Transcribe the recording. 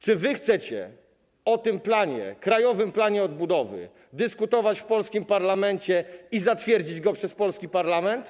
Czy chcecie o tym krajowym planie odbudowy dyskutować w polskim parlamencie i zatwierdzić go przez polski parlament?